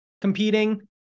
competing